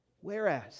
Whereas